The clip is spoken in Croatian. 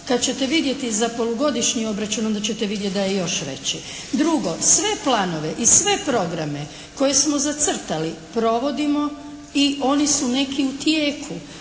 Kad ćete vidjeti za polugodišnji obračun onda ćete vidjeti da je još veći. Drugo, sve planove i sve programe koje smo zacrtali provodimo i oni su neki u tijeku.